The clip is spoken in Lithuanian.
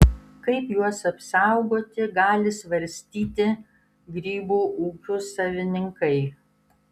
kaip juos apsaugoti gali svarstyti grybų ūkių savininkai